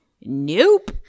nope